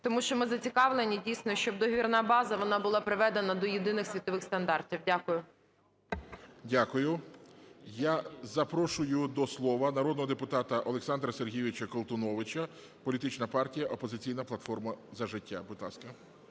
Тому що ми зацікавлені, дійсно, щоб договірна база, вона була приведена до єдиних світових стандартів. Дякую. ГОЛОВУЮЧИЙ. Дякую. Я запрошую до слова народного депутата Олександра Сергійовича Колтуновича, політична партія "Опозиційна платформа - За життя". Будь ласка.